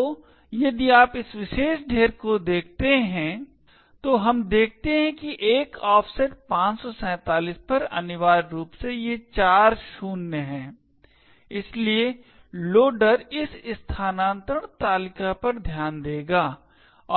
तो यदि आप इस विशेष ढेर को देखते हैं तो हम देखते हैं कि एक ऑफसेट 547 पर अनिवार्य रूप से ये चार शून्य हैं और इसलिए लोडर इस स्थानांतरण तालिका पर ध्यान देगा